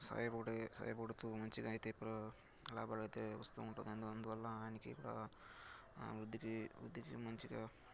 సాయపడే సాయపడుతూ మంచిగా అయితే లాభాలు అయితే వస్తూ ఉంటుంది అందువల్ల ఆయనకి కూడా వృద్దికి వృద్ధికి మంచిగా